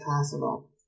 possible